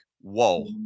Whoa